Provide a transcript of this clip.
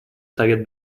совет